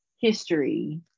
history